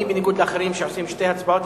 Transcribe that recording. אני בניגוד לאחרים שעושים שתי הצבעות,